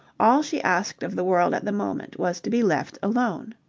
all she asked of the world at the moment was to be left alone.